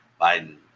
Biden